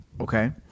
Okay